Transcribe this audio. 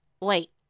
Wait